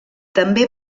també